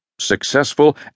successful